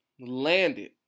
landed